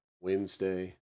Wednesday